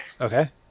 okay